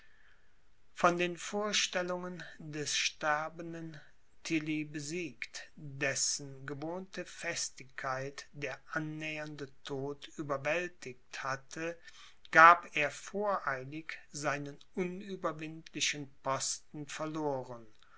von den vorstellungen des sterbenden tilly besiegt dessen gewohnte festigkeit der annähernde tod überwältigt hatte gab er voreilig seinen unüberwindlichen posten verloren